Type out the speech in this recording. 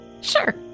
Sure